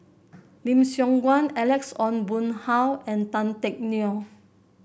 Lim Siong Guan Alex Ong Boon Hau and Tan Teck Neo